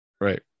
Right